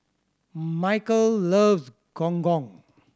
Mikel loves Gong Gong